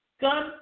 gun